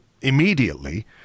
immediately